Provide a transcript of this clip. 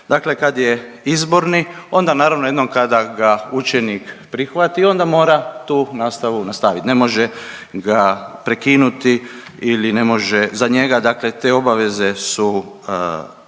dakle kad je izborni onda naravno jednom kada ga učenik prihvati onda mora tu nastavu nastavit ne može ga prekinuti ili ne može za njega dakle te obaveze su